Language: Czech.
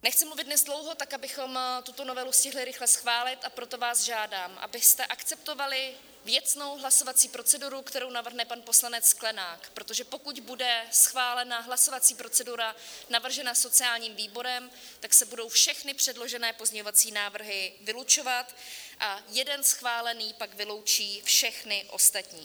Nechci mluvit dnes dlouho, tak abychom tuto novelu stihli rychle schválit, a proto vás žádám, abyste akceptovali věcnou hlasovací proceduru, kterou navrhne pan poslanec Sklenák, protože pokud bude schválena hlasovací procedura navržená sociálním výborem, tak se budou všechny předložené pozměňovací návrhy vylučovat a jeden schválený pak vyloučí všechny ostatní.